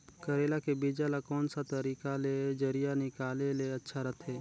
करेला के बीजा ला कोन सा तरीका ले जरिया निकाले ले अच्छा रथे?